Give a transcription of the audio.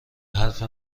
حرف